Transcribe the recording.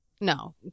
No